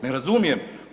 Ne razumijem.